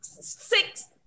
Six